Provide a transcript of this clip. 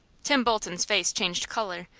tim bolton's face changed color,